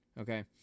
Okay